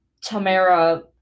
Tamara